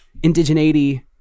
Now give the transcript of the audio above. indigeneity